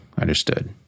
understood